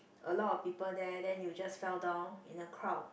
a lot of people there then you just fell down in a crowd